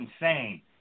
insane